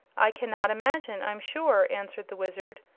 i cannot imagine, i'm sure, answered the wizard,